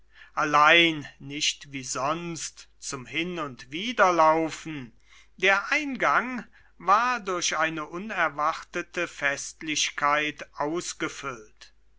allein nicht wie sonst zum hin und wider laufen der eingang war durch eine unerwartete festlichkeit ausgefüllt